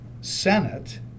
Senate